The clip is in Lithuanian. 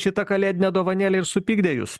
šita kalėdinė dovanėlė ir supykdė jus